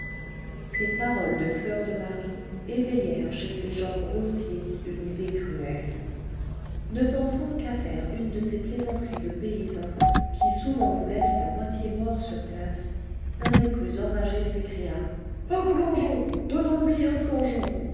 ces paroles de fleur de marie éveillèrent chez ces gens grossiers une idée cruelle ne pensant qu'à faire une de ces plaisanteries de paysans qui souvent vous laissent à moitié mort sur place un des plus enragés s'écria un plongeon donnons-lui un plongeon